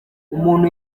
umuntu